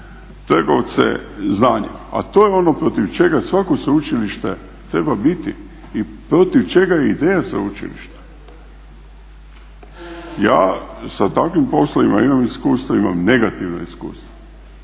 trgovce znanjem, a to je ono protiv čega svako sveučilište treba biti i protiv čega je i ideja sveučilišta. Ja sa takvim poslovima imam iskustva, imam negativna iskustva.